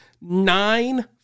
nine